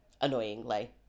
annoyingly